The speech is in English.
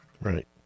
Right